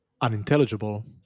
unintelligible